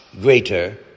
greater